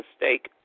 mistake